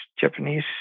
Japanese